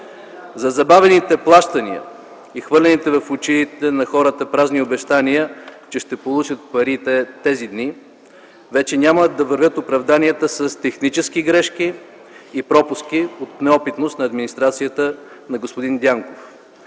За забавените плащания и хвърляните в очите на хората празни обещания, че ще получат парите тези дни, вече няма да вървят оправданията с технически грешки и пропуски от неопитност на администрацията на господин Дянков.